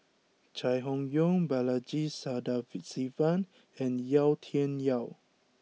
Chai Hon Yoong Balaji Sadasivan and Yau Tian Yau